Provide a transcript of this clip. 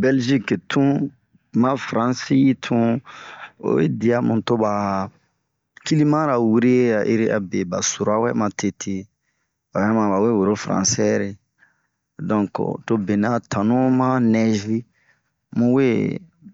Bɛlgik tun ma faransi tun, oyi dia bu to ba kilimara wure a'ere abe ba sura wɛ matete. uɛma bawe woro faransɛre? Donke to be nɛ a tanu maa nɛzi muwe